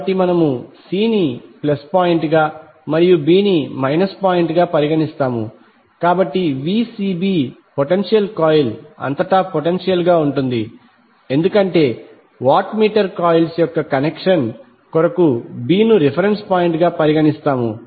కాబట్టి మనము సి ని ప్లస్ పాయింట్ గా మరియు బి ను మైనస్ గా పరిగణిస్తాము కాబట్టి Vcb పొటెన్షియల్ కాయిల్ అంతటా పొటెన్షియల్ గా ఉంటుంది ఎందుకంటే వాట్ మీటర్ కాయిల్స్ యొక్క కనెక్షన్ కొరకు b ను రిఫరెన్స్ పాయింట్ గా పరిగణిస్తాము